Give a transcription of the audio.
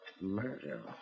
murder